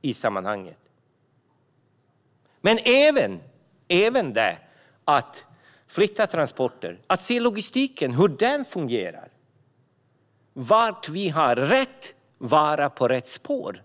Vi måste även se på hur transporter förflyttas och hur logistiken fungerar. Går rätt vara på rätt spår?